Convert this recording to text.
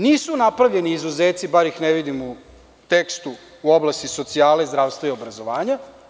Nisu napravljeni izuzeci, bar ih ne vidim, u tekstu u oblasti socijale, zdravstva i obrazovanja.